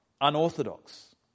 unorthodox